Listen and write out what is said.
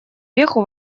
веху